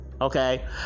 Okay